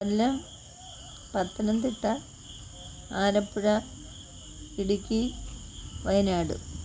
Kollam Pathanamthitta Alappuzha Idukki Wayanad